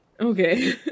Okay